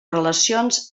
relacions